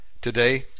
today